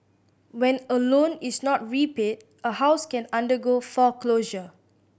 when a loan is not repaid a house can undergo foreclosure